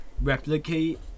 replicate